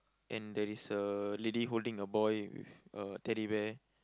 and there is a lady holding a boy with a Teddy Bear